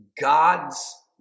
God's